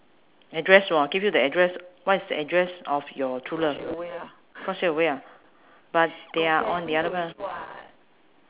address [wor] give you the address what is the address of your true love crush it away but they are on the other